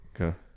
okay